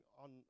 on